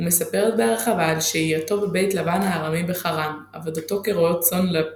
ומספרת בהרחבה על שהייתו בבית לבן הארמי בחרן עבודתו כרועה צאן לבן,